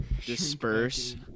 Disperse